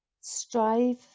Strive